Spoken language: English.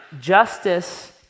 justice